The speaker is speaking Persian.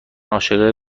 عاشق